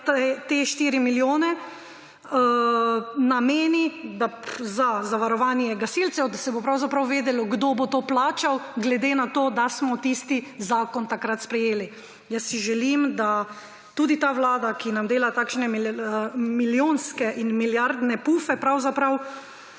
se te 4 milijone nameni za zavarovanje gasilcev, da se bo pravzaprav vedelo, kdo bo to plačal, glede na to, da smo tisti zakon takrat sprejeli. Želim si, da tudi ta vlada, ki nam dela takšne milijonske in milijardne pufe, sprevidi,